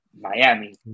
Miami